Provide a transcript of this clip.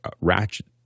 ratchet